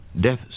Death